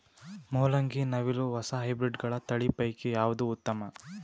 ಮೊಲಂಗಿ, ನವಿಲು ಕೊಸ ಹೈಬ್ರಿಡ್ಗಳ ತಳಿ ಪೈಕಿ ಯಾವದು ಉತ್ತಮ?